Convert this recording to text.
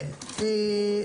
כן.